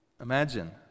Imagine